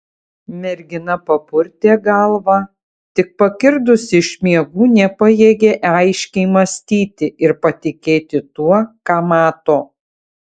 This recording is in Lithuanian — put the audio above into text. mergina papurtė galvą tik pakirdusi iš miegų nepajėgė aiškiai mąstyti ir patikėti tuo ką mato